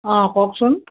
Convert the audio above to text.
অঁ কওকচোন